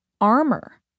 armor